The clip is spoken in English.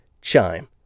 Chime